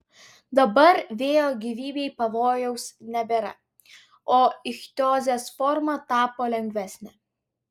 dabar vėjo gyvybei pavojaus nebėra o ichtiozės forma tapo lengvesnė